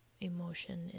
emotion